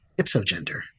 ipsogender